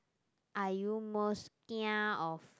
are you most kia of